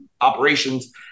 operations